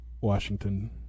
Washington